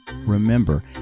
remember